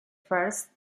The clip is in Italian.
first